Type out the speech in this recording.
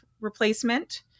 replacement